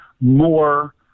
more